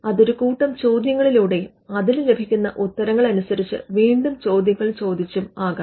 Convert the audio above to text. അത് ഒരു കൂട്ടം ചോദ്യങ്ങളിലൂടെയും അതിന് ലഭിക്കുന്ന ഉത്തരങ്ങളനുസരിച്ച് വീണ്ടും ചോദ്യങ്ങൾ ചോദിച്ചും ആകാം